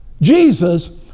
Jesus